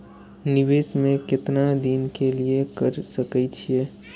निवेश में केतना दिन के लिए कर सके छीय?